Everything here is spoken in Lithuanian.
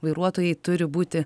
vairuotojai turi būti